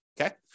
Okay